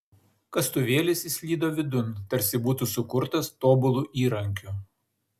kastuvėlis įslydo vidun tarsi būtų sukurtas tobulu įrankiu